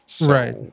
Right